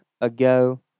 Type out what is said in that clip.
ago